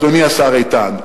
אדוני השר איתן,